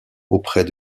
auprès